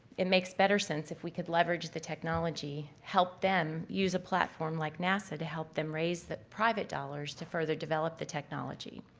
it makes better sense if we could leverage the technology, help them use a platform like nasa to help them raise that private dollars to further develop the technology.